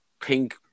pink